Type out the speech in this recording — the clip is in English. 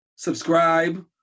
Subscribe